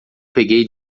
peguei